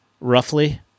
roughly